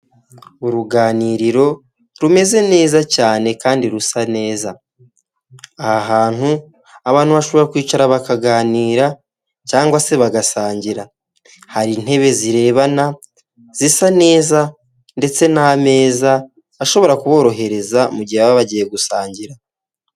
Uruganiriro rumeze neza cyane kandi rusa neza, aha hantu abantu bashobora kwicara bakaganira cyangwa se bagasangira hari intebe zirebana zisa neza ndetse n'amezaza ashobora kuborohereza mu gihe baba bagiye gusangira.